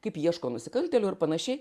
kaip ieško nusikaltėlio ir panašiai